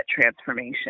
transformation